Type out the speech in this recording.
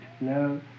no